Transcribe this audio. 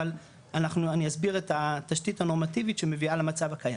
אבל אני אסביר את התשתית הנורמטיבית שמביאה למצב הקיים,